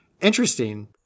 interesting